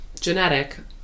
genetic